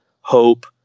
hope